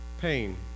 pain